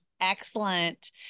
excellent